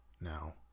now